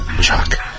Chuck